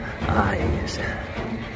eyes